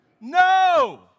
No